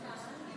רבותיי,